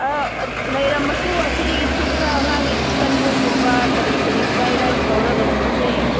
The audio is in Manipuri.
ꯑꯥ ꯂꯩꯔꯝꯂꯁꯨ ꯑꯁꯤꯗꯒꯤꯁꯨ ꯈꯔ ꯑꯉꯥꯡꯒꯤ ꯆꯤꯀꯟꯒꯨꯝꯕ ꯀꯔꯤ ꯀꯔꯤ ꯐ꯭ꯔꯥꯏ ꯔꯥꯏꯁ ꯇꯧꯔꯒ ꯄꯨꯁꯦ